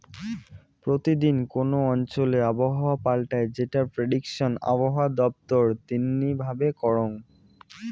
প্রতি দিন কোন অঞ্চলে আবহাওয়া পাল্টায় যেটার প্রেডিকশন আবহাওয়া দপ্তর দিননি ভাবে করঙ